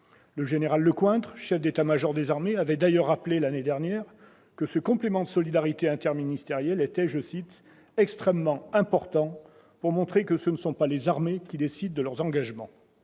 Le général Lecointre, chef d'état-major des armées, avait d'ailleurs rappelé, l'année dernière, que ce complément de solidarité interministérielle était « extrêmement important pour montrer que ce ne sont pas les armées qui décident de leurs engagements ».